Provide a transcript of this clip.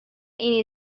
ini